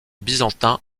byzantin